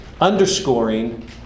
underscoring